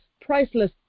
priceless